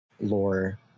lore